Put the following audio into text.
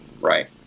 right